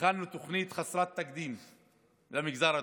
הכנו תוכנית חסרת תקדים למגזר הדרוזי,